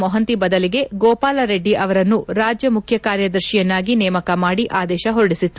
ಮೊಹಂತಿ ಬದಲಿಗೆ ಗೋಪಾಲ ರೆಡ್ಡಿ ಅವರನ್ನು ರಾಜ್ಯ ಮುಖ್ಯ ಕಾರ್ಯದರ್ಶಿಯನ್ನಾಗಿ ನೇಮಕ ಮಾಡಿ ಆದೇಶ ಹೊರಡಿಸಿತ್ತು